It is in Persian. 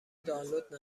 دانلود